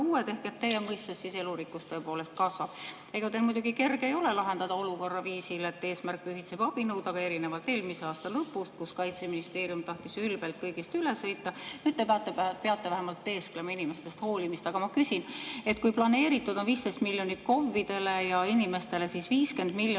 ehk teie mõistes siis elurikkus tõepoolest kasvab. Ega teil muidugi kerge ei ole lahendada olukorda viisil, et eesmärk pühitseb abinõu, aga erinevalt eelmise aasta lõpust, kui Kaitseministeerium tahtis ülbelt kõigist üle sõita, nüüd te peate vähemalt teesklema inimestest hoolimist. Aga ma küsin, et kui planeeritud on 15 miljonit KOV‑idele ja 50 miljonit